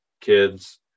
kids